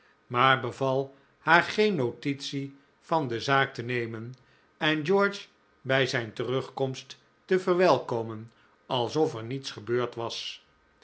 maar beval haar geen notitie van de zaak te nemen en george bij zijn terugkomst te verwelkomen alsof er niets gebeurd was